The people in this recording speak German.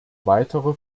weitere